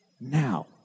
now